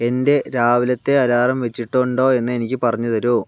എന്റെ രാവിലത്തെ അലാറം വെച്ചിട്ടുണ്ടോ എന്ന് എനിക്ക് പറഞ്ഞ് തരുമോ